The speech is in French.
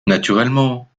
naturellement